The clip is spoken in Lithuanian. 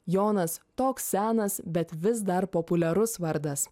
jonas toks senas bet vis dar populiarus vardas